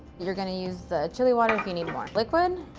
you're going to use the chili water if you need more liquid.